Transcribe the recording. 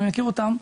ואני מכיר אותם,